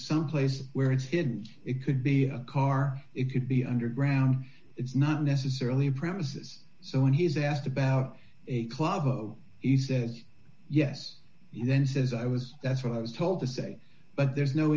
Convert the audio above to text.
some place where it's hidden it could be a car it could be underground it's not necessarily premises so when he's asked about a club he says yes and then says i was that's what i was told to say but there's no